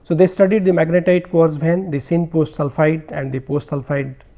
so they studied the magnetite cause when the same post sulphide and the post sulphide